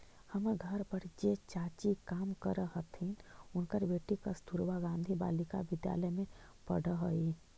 हमर घर पर जे चाची काम करऽ हथिन, उनकर बेटी कस्तूरबा गांधी बालिका विद्यालय में पढ़ऽ हई